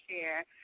share